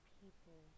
people